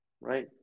Right